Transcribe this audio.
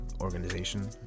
organization